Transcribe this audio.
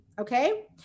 Okay